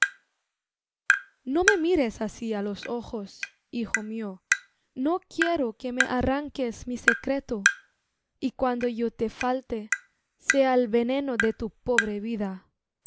no me mires así á los ojos hijo mío no quiero que me arranques mi secreto y cuando yo te falte sea el veneno de tu pobre vida